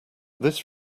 this